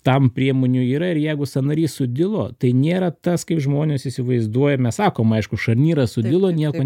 tam priemonių yra ir jeigu sąnarys sudilo tai nėra tas kai žmones įsivaizduojam mes sakom aišku šarnyras sudilo nieko